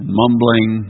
mumbling